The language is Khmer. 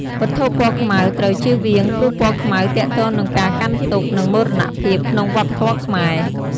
វត្ថុពណ៌ខ្មៅត្រូវចៀសវាងព្រោះពណ៌ខ្មៅទាក់ទងនឹងការកាន់ទុក្ខ និងមរណភាពក្នុងវប្បធម៌ខ្មែរ។